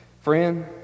Friend